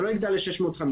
זה לא יגדל ל-650,